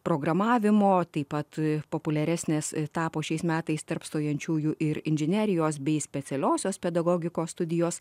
programavimo taip pat populiaresnės tapo šiais metais tarp stojančiųjų ir inžinerijos bei specialiosios pedagogikos studijos